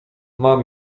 mam